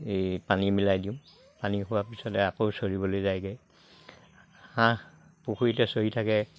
এই পানী মিলাই দিওঁ পানী খোৱাৰ পিছতে আকৌ চৰিবলে যায়গে হাঁহ পুখুৰীতে চৰি থাকে